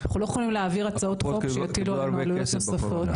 אנחנו לא יכולים להעביר הצעות חוק שיטילו עלינו הוצאות נוספות.